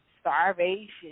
starvation